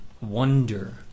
wonder